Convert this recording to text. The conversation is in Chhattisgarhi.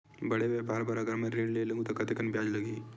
बड़े व्यापार बर अगर मैं ऋण ले हू त कतेकन ब्याज लगही?